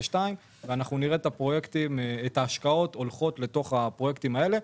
ונראה את ההשקעות הולכות לתוך הפרויקטים האלה.